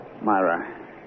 Myra